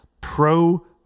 pro